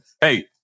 Hey